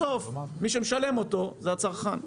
בסוף מי שמשלם אותו זה הצרכן.